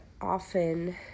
often